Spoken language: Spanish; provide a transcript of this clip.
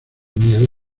miedo